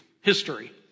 history